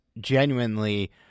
genuinely